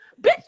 Bitch